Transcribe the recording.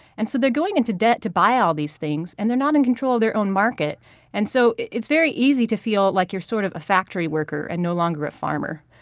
and so they're going into debt to buy all these things. and they're not in control of their own market and so it's very easy to feel like you're sort of a factory worker and no longer a farmer.